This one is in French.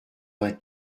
vingt